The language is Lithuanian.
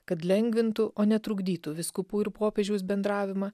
kad lengvintų o netrukdytų vyskupų ir popiežiaus bendravimą